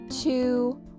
two